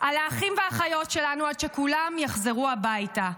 על האחים והאחיות שלנו, עד שכולם יחזרו הביתה.